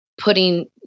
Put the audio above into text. putting